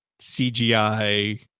cgi